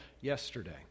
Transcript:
yesterday